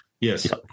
Yes